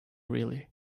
really